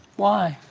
why?